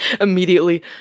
Immediately